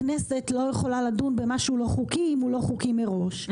הכנסת לא יכולה לדון במשהו לא חוקי אם הוא לא חוקי מראש.